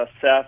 Seth